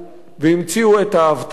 והמציאו את האבטלה,